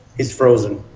is frozen?